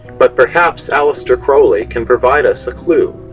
but perhaps aleister crowley can provide us a clue.